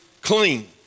clean